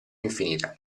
infinita